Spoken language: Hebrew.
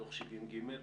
דוח 70ג,